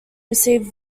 received